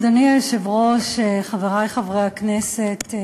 אדוני היושב-ראש, חברי חברי הכנסת,